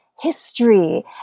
history